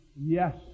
yes